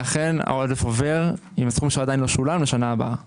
העודף עובר עם סכום שעדיין לא שולם לשנה הבאה.